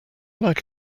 like